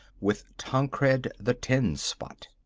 with tancred the tenspot.